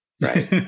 Right